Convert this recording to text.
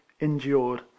endured